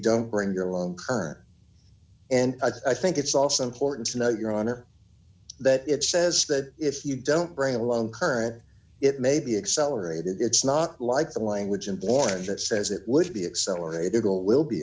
don't bring your own current and i think it's also important to know your honor that it says that if you don't bring a loan current it may be accelerated it's not like the language in florida that says it would be accelerated will will be